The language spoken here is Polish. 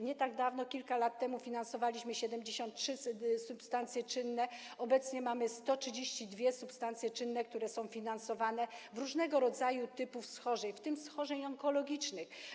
Nie tak dawno, kilka lat temu, finansowaliśmy 73 substancje czynne, obecnie mamy 132 substancje czynne, które są finansowane w przypadku różnych rodzajów, typów schorzeń, w tym schorzeń onkologicznych.